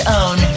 own